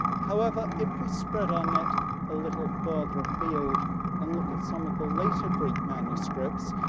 however, if we spread our net a little further afield and look at some of the later greek manuscripts,